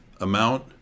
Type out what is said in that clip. amount